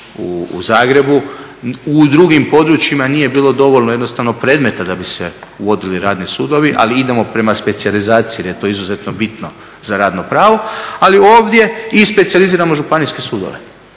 u drugim područjima nije bilo dovoljno jednostavno predmeta da bi se uvodili Radni sudovi ali idemo prema specijalizaciji jer je to izuzetno bitno za radno pravo. Ali ovdje i specijaliziramo županijske sudove,